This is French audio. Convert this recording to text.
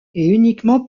uniquement